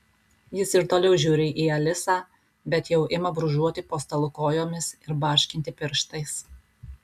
jis ir toliau žiūri į alisą bet jau ima brūžuoti po stalu kojomis ir barškinti pirštais